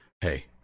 Hey